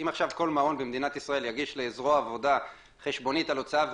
אם עכשיו כל מעון במדינת ישראל יגיש חשבונית על הוצאה,